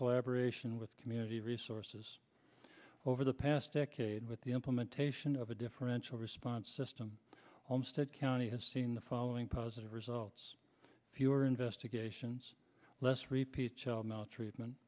collaboration with community resources over the past decade with the implementation of a differential response system on state county has seen the following positive results fewer investigations less repeat child maltreatment